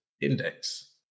index